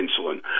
insulin